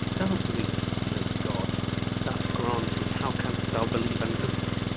thou believest no god that granted, how canst thou believe an oath?